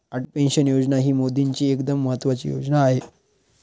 Atal pension योजना ही मोदीजींची एकदम महत्त्वाची योजना आहे